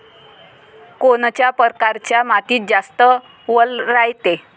कोनच्या परकारच्या मातीत जास्त वल रायते?